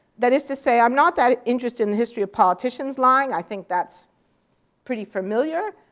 that is to say i'm not that interested in the history of politicians lying, i think that's pretty familiar.